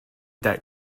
that